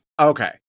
okay